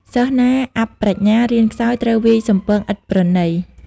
សិស្សណាអាប់ប្រាជ្ញា រៀនខ្សោយ គ្រូវាយសំពងឥតប្រណី ។